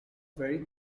very